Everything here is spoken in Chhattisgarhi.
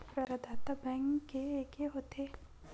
प्रदाता बैंक के एके होथे?